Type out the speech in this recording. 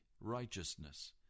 righteousness